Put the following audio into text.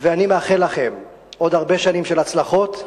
ואני מאחל לכם עוד הרבה שנים של הצלחות,